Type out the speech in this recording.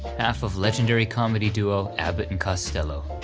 half of legendary comedy duo, abbott and costello,